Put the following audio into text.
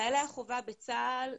חיילי החובה בצה"ל,